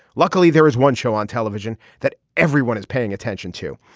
luckily there is one show on television that everyone is paying attention to.